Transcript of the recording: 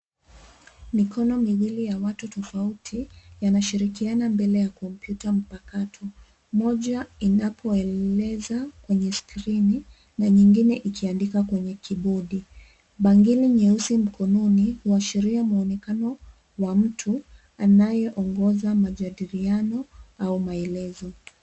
Mikono miwili ya watu tofauti yanashirikiana mbele ya kompyuta mpakato. Mmoja inapoeleza kwenye skrini na nyingine ikiandika kwenye kibodi. Bangili nyeusi mkononi huashiria mwonekano wa mtu anayeongoza majadiliano au maelezo.